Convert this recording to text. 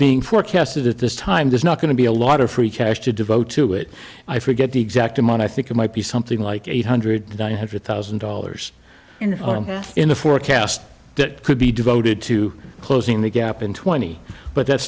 being forecasted at this time there's not going to be a lot of free cash to devote to it i forget the exact amount i think it might be something like eight hundred nine hundred thousand dollars in the forecast that could be devoted to closing the gap in twenty but that